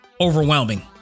overwhelming